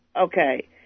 okay